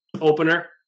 opener